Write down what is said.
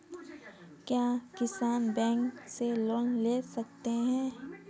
क्या किसान बैंक से लोन ले सकते हैं?